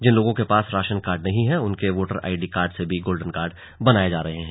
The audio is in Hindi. जिन लोगों के पास राशन कार्ड नहीं हैं उनके वोटर आईडी से भी गोल्डन कार्ड बनाये जा रहे हैं